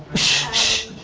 shh.